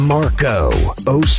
Marco